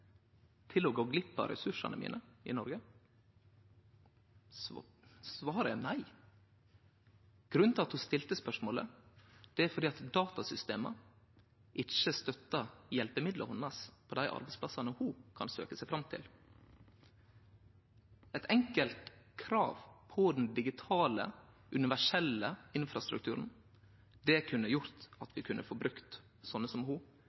til å gå glipp av ressursane mine i Noreg? Svaret er nei. Grunnen til at ho stilte spørsmålet er at datasystema ikkje støtter hjelpemidla hennar på dei arbeidsplassane ho kan søkje seg fram til. Eit enkelt krav til den digitale, universelle infrastrukturen kunne gjort at vi kunne få brukt slike som ho